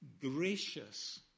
gracious